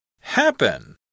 Happen